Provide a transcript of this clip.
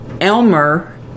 elmer